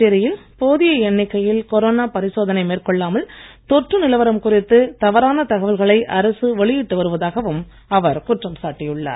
புதுச்சேரியில் போதிய எண்ணிக்கையில் கொரோனா பரிசோதனை மேற்கொள்ளாமல் தொற்று நிலவரம் குறித்து தவறான தகவல்களை அரசு வெளியிட்டு வருவதாகவும் அவர் குற்றம் சாட்டியுள்ளார்